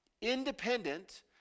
independent